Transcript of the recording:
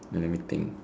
then let me think